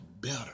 better